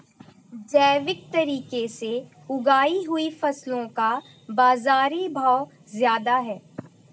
जैविक तरीके से उगाई हुई फसलों का बाज़ारी भाव ज़्यादा है